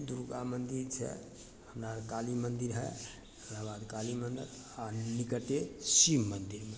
दुर्गा मन्दिर छै हमरा सबके काली मन्दिर हइ तकरबाद काली मन्दिर आओर निकटे शिव मन्दिरमे